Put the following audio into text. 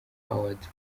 awards